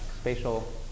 spatial